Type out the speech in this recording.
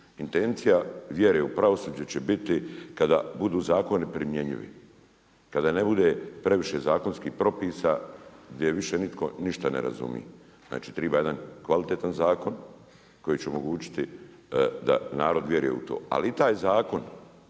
Intencija vjere u pravosuđe će biti kada budu zakoni primjenjivi. Kada ne bude previše zakonski propisa gdje više nitko ne razumije. Znači, treba jedna kvalitetan zakon koji će omogućiti da narod vjeruje u to, ali i taj zakon